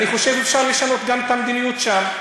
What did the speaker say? אני חושב שאפשר לשנות את המדיניות שם,